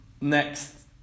next